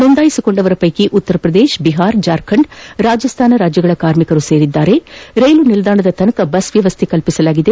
ನೊಂದಾಯಿಸಿಕೊಂಡವರ ಪೈಕಿ ಉತ್ತರಪ್ರದೇಶ ಬಿಹಾರ ಜಾರ್ಖಂಡ್ ರಾಜಸ್ಥಾನದ ಕಾರ್ಮಿಕರು ಸೇರಿದ್ದು ರೈಲು ನಿಲ್ದಾಣದವರೆಗೆ ಬಸ್ ವ್ಯವಸ್ಥೆಯನ್ನು ಮಾಡಲಾಗಿದೆ